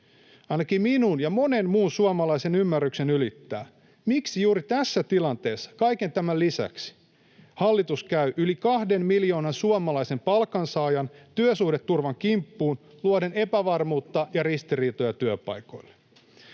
Ainakin minun ja monen muun suomalaisen ymmärryksen ylittää, miksi juuri tässä tilanteessa kaiken tämän lisäksi hallitus käy yli kahden miljoonan suomalaisen palkansaajan työsuhdeturvan kimppuun luoden epävarmuutta ja ristiriitoja työpaikoille.